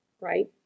right